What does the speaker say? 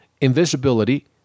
invisibility